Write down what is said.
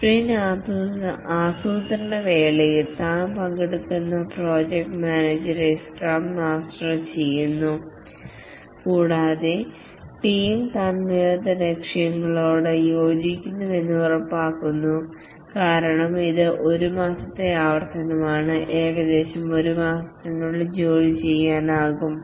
scrum master അഥവാ project manager sprint ആസൂത്രണ വേളയിൽ പങ്കെടുക്കുന്നു കൂടാതെ ടീം തന്മയത്വ ലക്ഷ്യങ്ങളോട് യോജിക്കുന്നുവെന്ന് ഉറപ്പാക്കുന്നു കാരണം ഇത് 1 മാസത്തെ ആവർത്തനമാണ് ഏകദേശം 1 മാസത്തിനുള്ളിൽ ജോലി ചെയ്യാനാകും